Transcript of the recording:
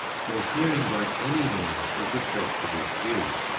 so hearing by any means was a threat to this view.